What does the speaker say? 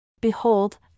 Behold